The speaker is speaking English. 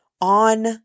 on